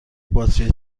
باتری